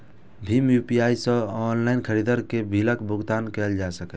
भीम UPI सं online खरीदारी के बिलक भुगतान कैल जा सकैए